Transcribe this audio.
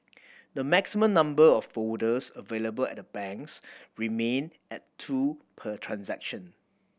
the maximum number of folders available at the banks remain at two per transaction